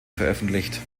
veröffentlicht